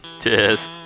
cheers